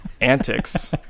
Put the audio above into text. antics